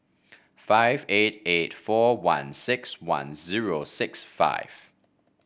five eight eight four one six one zero six five